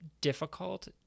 difficult